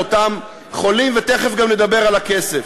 לאותם חולים, ותכף גם נדבר על הכסף,